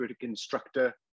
instructor